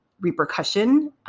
repercussion